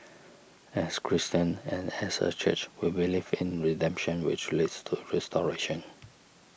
as Christians and as a church we believe in redemption which leads to restoration